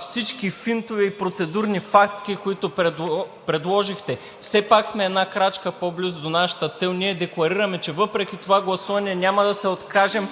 всички финтове и процедурни хватки, които приложихте, може би все пак сме с една крачка по близо до нашата цел. Ние декларираме, че въпреки това гласуване, няма да се откажем,